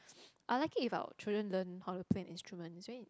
I like it if our children learn how to play an instrument it's very